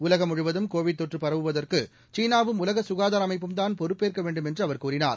உலகம் முழுவதும் கோவிட் தொற்று பரவுவதற்கு கீனாவும் உலக குகாதார அமைப்பும் தான் பொறுப்பேற்க வேண்டும் என்று அவர் கூறினார்